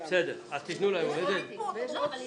מי